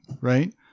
Right